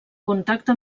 contacte